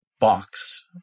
box